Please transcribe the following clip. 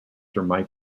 mike